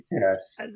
Yes